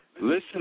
listen